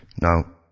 Now